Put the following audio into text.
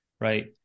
right